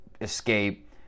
escape